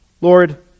Lord